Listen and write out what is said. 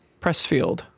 Pressfield